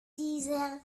dieser